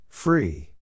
Free